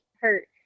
hurt